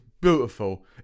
beautiful